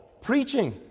preaching